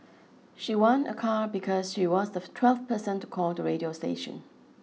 she won a car because she was the twelfth person to call the radio station